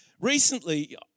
recently